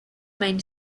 main